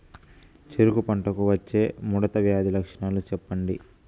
చెరుకు పంటకు వచ్చే ముడత వ్యాధి లక్షణాలు చెప్పండి?